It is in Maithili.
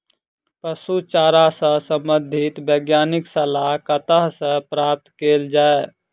पशु चारा सऽ संबंधित वैज्ञानिक सलाह कतह सऽ प्राप्त कैल जाय?